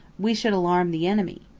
we should alarm the enemy.